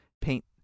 paint